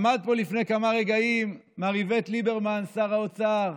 עמד פה לפני כמה רגעים מר איווט ליברמן, שר האוצר,